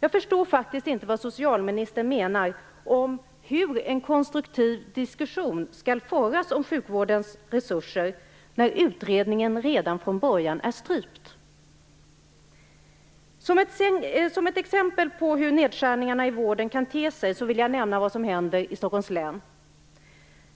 Jag förstår faktiskt inte hur socialministern menar att en konstruktiv diskussion skall föras om sjukvårdens resurser, när utredningen redan från början är strypt. Som ett exempel på hur nedskärningarna i vården kan te sig vill jag nämna vad som händer i Stockholms län.